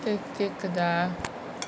uh கேக்குதா:kekutha